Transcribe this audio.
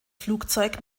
flugzeug